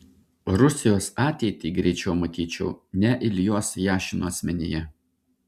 rusijos ateitį greičiau matyčiau ne iljos jašino asmenyje